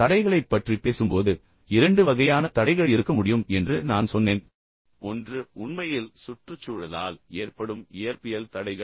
தடைகளைப் பற்றி பேசும்போது நமக்கு இரண்டு வகையான தடைகள் இருக்க முடியும் என்று நான் சொன்னேன் ஒன்று உண்மையில் சுற்றுச்சூழலால் ஏற்படும் இயற்பியல் தடைகள்